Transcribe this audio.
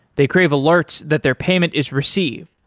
they crave alerts that their payment is received.